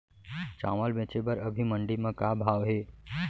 चांवल बेचे बर अभी मंडी म का भाव हे?